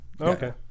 Okay